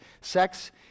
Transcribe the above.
sex